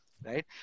Right